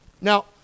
Now